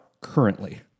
currently